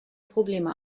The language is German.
probleme